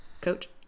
coach